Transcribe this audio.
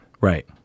Right